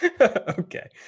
Okay